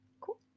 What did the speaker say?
Cool